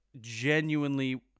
genuinely